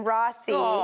Rossi